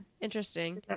Interesting